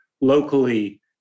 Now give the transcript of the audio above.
locally